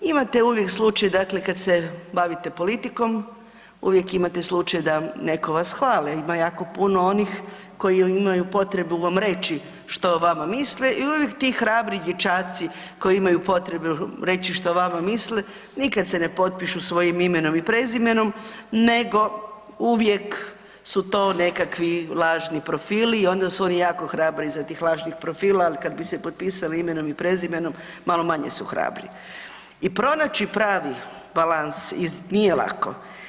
Imate uvijek slučaj dakle kad se bavite politikom, uvijek imate slučaj da netko vas hvali, ima jako puno onih koji imaju vam reći što o vama misle i uvijek ti hrabri dječaci koji imaju potrebu reći što o vama misle, nikad se ne potpišu svojim imenom i prezimenom nego uvijek su to nekakvi lažni profili i onda su oni jako hrabri iza tih lažnih profila, ali kad bi se potpisali imenom i prezimenom, malo manje su hrabri i pronaći pravi balans nije lako.